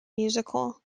musical